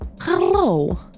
Hello